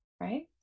right